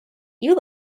you